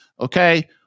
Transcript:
Okay